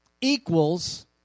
equals